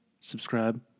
subscribe